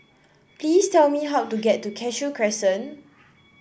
please tell me how to get to Cashew Crescent